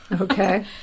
Okay